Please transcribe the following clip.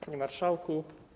Panie Marszałku!